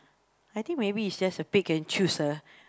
I think maybe it's just a pick and choose ah